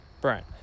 Brian